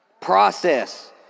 Process